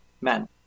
men